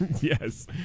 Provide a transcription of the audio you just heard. Yes